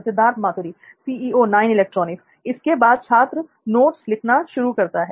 सिद्धार्थ मातुरी इसके बाद छात्र नोट लिखना शुरू करता हैं